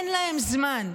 אין להם זמן.